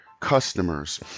customers